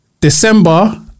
December